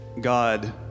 God